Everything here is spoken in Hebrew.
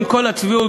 עם כל הצביעות,